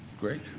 Great